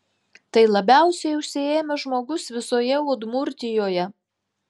tai labiausiai užsiėmęs žmogus visoje udmurtijoje